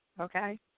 okay